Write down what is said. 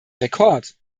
rekord